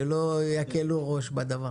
שלא יקלו ראש בדבר.